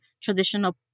traditional